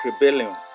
rebellion